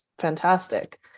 fantastic